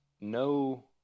no